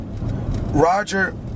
Roger